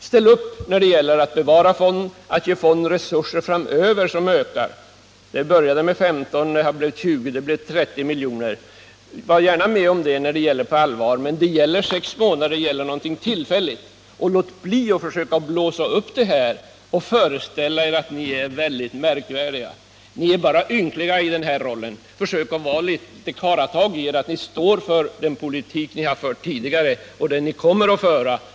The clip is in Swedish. Ställ upp när det gäller att bevara fonden och ge fonden resurser framöver som ökar! Det började med 15 miljoner och har blivit 20 och sedan 30 miljoner. Var gärna med om detta när det är allvar! Men nu gäller det sex månader — det är någonting tillfälligt. Och låt bli att försöka blåsa upp frågan och föreställa er att ni är så märkvärdiga! Ni är bara ynkliga i den här rollen. Försök att ta litet karlatag och stå för den politik ni fört tidigare och den ni kommer att föra!